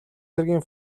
цэргийн